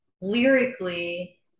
lyrically